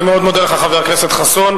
אני מאוד מודה לך, חבר הכנסת חסון.